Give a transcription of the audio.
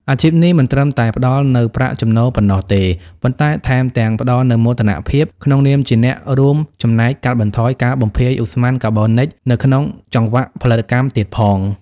អាជីពនេះមិនត្រឹមតែផ្ដល់នូវប្រាក់ចំណូលប៉ុណ្ណោះទេ ប៉ុន្តែថែមទាំងផ្ដល់នូវមោទនភាពក្នុងនាមជាអ្នករួមចំណែកកាត់បន្ថយការបំភាយឧស្ម័នកាបូនិចនៅក្នុងចង្វាក់ផលិតកម្មទៀតផង។